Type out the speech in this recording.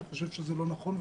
אני חושב שזה לא נכון,